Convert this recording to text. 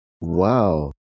Wow